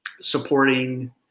supporting